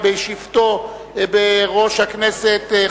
זה יעבור לוועדת הכנסת.